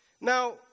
Now